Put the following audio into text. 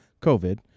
COVID